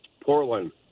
Portland